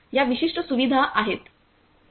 या विशिष्ट सुविधा आहेत